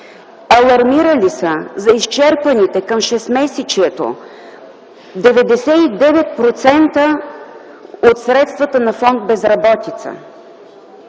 Алармирали са за изчерпаните към шестмесечието 99% от средствата на фонд „Безработица”.